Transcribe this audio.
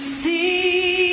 see